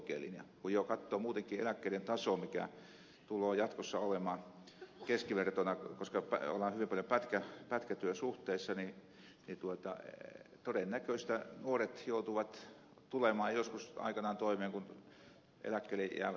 kun katsoo muutenkin mikä eläkkeiden taso tulee jatkossa olemaan keskivertona niin koska ollaan hyvin paljon pätkätyösuhteissa todennäköisesti nuoret joutuvat tulemaan joskus aikanaan toimeen kun eläkkeelle jäävät hyvin pienelläkin eläkkeellä